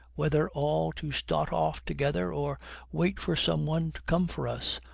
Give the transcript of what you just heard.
whether all to start off together, or wait for some one to come for us.